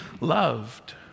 loved